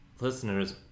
listeners